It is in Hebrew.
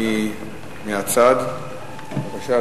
בבקשה,